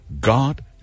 God